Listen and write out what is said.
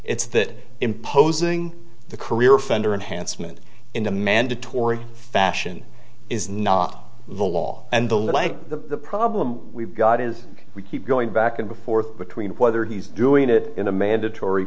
it's that imposing the career offender enhanced moment in a mandatory fashion is not the law and the like the problem we've got is we keep going back and forth between whether he's doing it in a mandatory